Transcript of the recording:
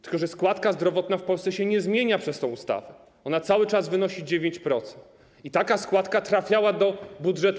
Tylko że składka zdrowotna w Polsce nie zmienia się przez tę ustawę, ona cały czas wynosi 9% i taka składka trafiała do budżetu